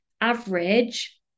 average